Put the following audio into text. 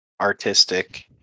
artistic